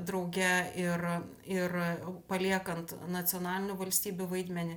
drauge ir ir paliekant nacionalinių valstybių vaidmenį